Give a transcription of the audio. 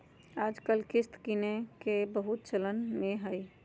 याजकाल किस्त किनेके बहुते चलन में हइ